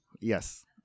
Yes